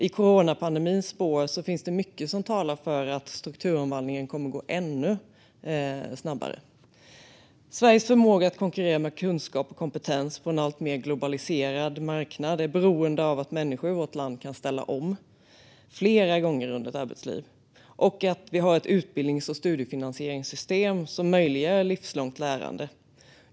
I coronapandemins spår finns mycket som talar för att strukturomvandlingen kommer att gå ännu snabbare. Sveriges förmåga att konkurrera med kunskap och kompetens på en alltmer globaliserad marknad är beroende av att människor i vårt land kan ställa om flera gånger under arbetslivet. Vi behöver också ha ett utbildnings och studiefinansieringssystem som möjliggör livslångt lärande.